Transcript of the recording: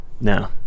now